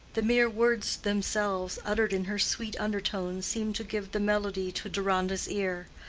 the mere words themselves uttered in her sweet undertones seemed to give the melody to deronda's ear.